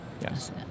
yes